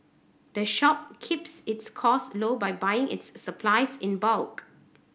the shop keeps its costs low by buy its supplies in bulk